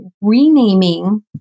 renaming